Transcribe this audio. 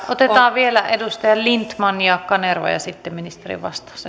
otetaan vielä edustajat lindtman ja kanerva ja sitten ministerin vastaus